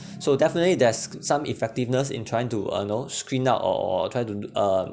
so definitely there's some effectiveness in trying to uh know screen out or or try to d~(uh)